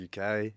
UK